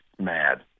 mad